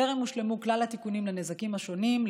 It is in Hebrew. טרם הושלמו כלל התיקונים של הנזקים השונים,